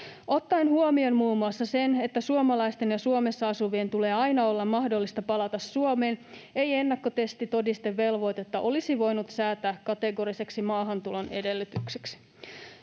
Ottaen huomioon muun muassa sen, että suomalaisten ja Suomessa asuvien tulee aina olla mahdollista palata Suomeen, ei ennakkotestitodistevelvoitetta olisi voinut säätää kategoriseksi maahantulon edellytykseksi.